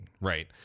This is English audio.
Right